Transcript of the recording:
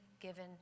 given